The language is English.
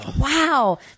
Wow